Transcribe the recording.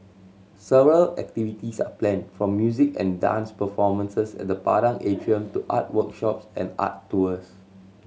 several activities are planned from music and dance performances at the Padang Atrium to art workshops and art tours